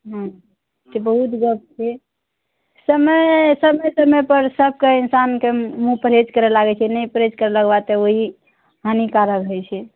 हँ तऽ बहुत गप छै समय समय समयपर सबके इंसानके मुँह परहेज करऽ लागय छै नहि परहेज करय लगबा तऽ ओही हानिकारक होइ छै